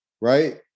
Right